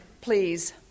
please